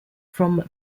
from